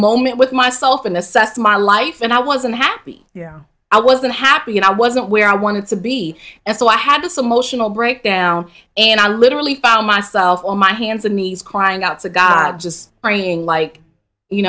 moment with myself and assess my life and i was unhappy yeah i was unhappy and i wasn't where i wanted to be and so i had a slow motion a breakdown and i literally found myself on my hands and knees crying out to god just praying like you